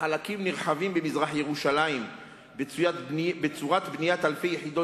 בחלקים נרחבים במזרח-ירושלים בצורת בניית אלפי יחידות